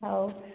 ହେଉ